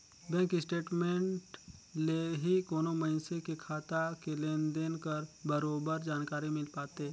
bank statement ले ही कोनो मइनसे के खाता के लेन देन कर बरोबर जानकारी मिल पाथे